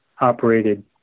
operated